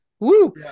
Woo